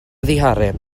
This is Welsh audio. ddihareb